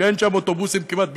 שאין שם אוטובוסים כמעט בכלל.